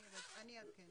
אני אעדכן.